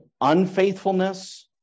unfaithfulness